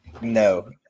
No